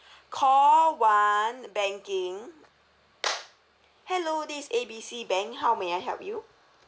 call one banking hello this is A B C bank how may I help you